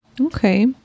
Okay